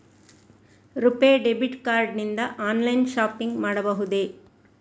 RuPay debit card ನಿಂದ online shopping ಮಾಡಬಹುದೇ?